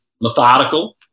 methodical